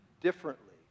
differently